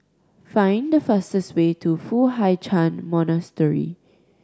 find the fastest way to Foo Hai Ch'an Monastery